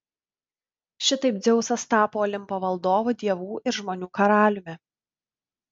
šitaip dzeusas tapo olimpo valdovu dievų ir žmonių karaliumi